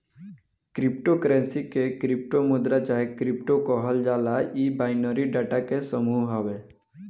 crypto currency के crypto मुद्रा चाहे क्रिप्टो कहल जाला इ बाइनरी डाटा के समूह हवे